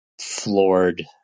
floored